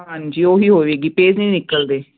ਹਾਂਜੀ ਉਹੀ ਹੋਵੇਗੀ ਪੇਜ ਨੀ ਨਿਕਲਦੇ